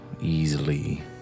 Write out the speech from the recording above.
easily